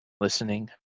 listening